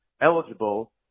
eligible